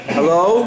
Hello